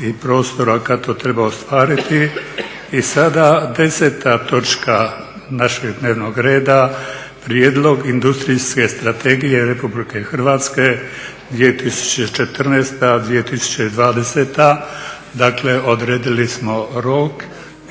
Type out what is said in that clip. i prostora kada to treba ostvariti. I sada 10.točka našeg dnevnog reda Prijedlog Industrijske strategije RH 2014.-2020., dakle odredili smo rok